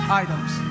items